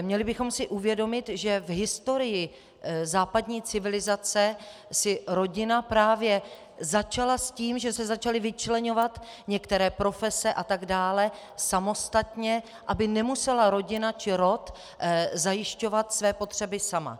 Měli bychom si uvědomit, že v historii západní civilizace si rodina právě začala s tím, že se začaly vyčleňovat některé profese atd. samostatně, aby nemusela rodina či rod zajišťovat své potřeby sama.